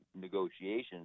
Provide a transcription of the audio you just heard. negotiations